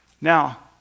Now